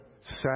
set